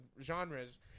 genres